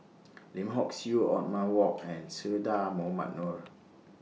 Lim Hock Siew Othman Wok and Che Dah Mohamed Noor